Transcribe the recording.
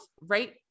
right